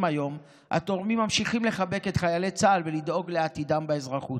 היום התורמים ממשיכים לחבק את חיילי צה"ל ולדאוג לעתידם באזרחות.